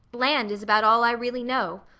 land is about all i really know.